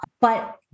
but-